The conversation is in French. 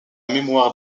mémoire